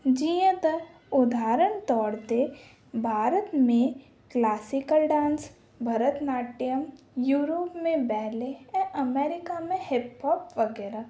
जीअं त उदाहरण तौर ते भारत में क्लासिकल डांस भरतनाट्यम यूरोप में बैले ऐं अमेरिका में हिप हॉप वग़ैरह